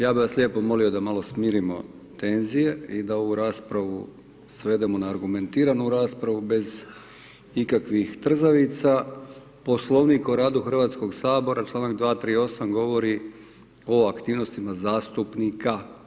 Ja bi vas lijepo molio da malo smirimo tenzije i da ovu raspravu svedemo na argumentiranu raspravu bez ikakvih trzavica, Poslovnik o radu HS čl. 238. govori o aktivnostima zastupnika.